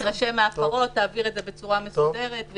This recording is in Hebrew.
שתתרשם מההפרות ותעביר את זה בצורה מסודרת,